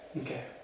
okay